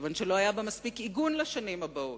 מכיוון שלא היה בה מספיק עיגון לשנים הבאות,